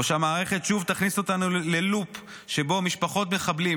או שהמערכת שוב תכניס אותנו ללופ שבו משפחות מחבלים